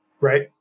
Right